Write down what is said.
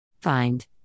find